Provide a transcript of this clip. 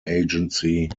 agency